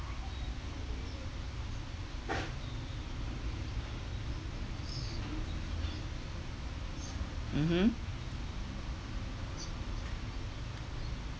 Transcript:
mmhmm